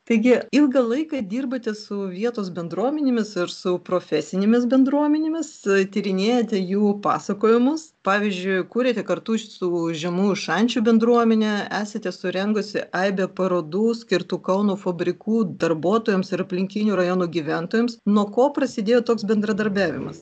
taigi ilgą laiką dirbate su vietos bendruomenėmis ir su profesinėmis bendruomenėmis tyrinėjate jų pasakojimus pavyzdžiui kūrėte kartu su žemųjų šančių bendruomene esate surengusi aibę parodų skirtų kauno fabrikų darbuotojams ir aplinkinių rajonų gyventojams nuo ko prasidėjo toks bendradarbiavimas